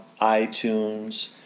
iTunes